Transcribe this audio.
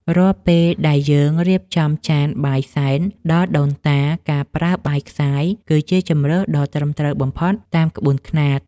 រាល់ពេលដែលយើងរៀបចំចានបាយសែនដល់ដូនតា ការប្រើបាយខ្សាយ គឺជាជម្រើសដ៏ត្រឹមត្រូវបំផុតតាមក្បួនខ្នាត។